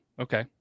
Okay